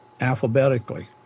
alphabetically